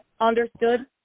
Understood